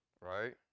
right